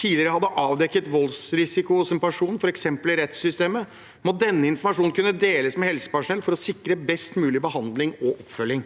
tidligere har avdekket voldsrisiko hos en person, f.eks. i rettssystemet, må denne informasjonen kunne deles med helsepersonell for å sikre best mulig behandling og oppfølging.